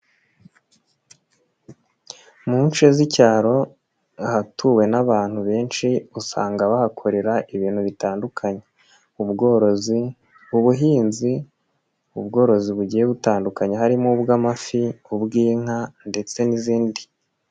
Mu nce z'icyaro ahatuwe n'abantu benshi usanga bahakorera ibintu bitandukanye ubworozi, ubuhinzi, ubworozi bugiye butandukanye harimo ubw'amafi, ubw'inka ndetse n'izindi.